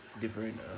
different